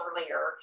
earlier